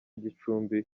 gicumbi